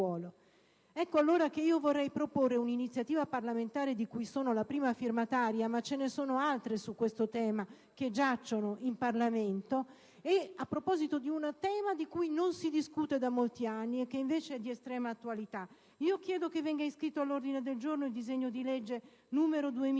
Ecco allora che vorrei ricordare una iniziativa parlamentare di cui sono la prima firmataria (ma ce ne sono anche altre su questo argomento, che giacciono in Parlamento) a proposito di un tema di cui non si discute da molti anni e che, invece, è di estrema attualità. Chiedo che venga iscritto all'ordine del giorno il disegno di legge n. 2162